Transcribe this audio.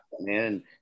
man